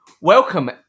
welcome